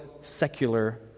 secular